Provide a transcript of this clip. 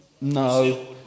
no